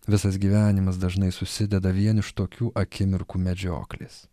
visas gyvenimas dažnai susideda vien iš tokių akimirkų medžioklės